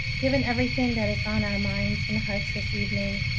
given everything that is on our minds and hearts this evening,